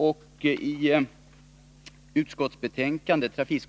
Och i trafikutskottets betänkande 1981